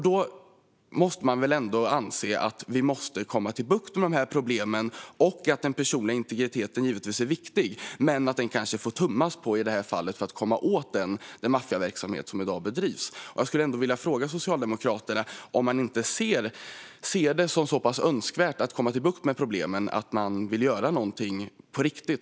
Då måste vi väl ändå få bukt med de problemen. Den personliga integriteten är givetvis viktig, men i detta fall får man kanske tumma på den för att komma åt den maffiaverksamhet som bedrivs i dag. Jag skulle vilja fråga Socialdemokraterna om de inte ser det som så pass önskvärt att komma till rätta med problemen att de vill göra något åt dem på riktigt.